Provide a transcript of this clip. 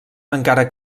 encara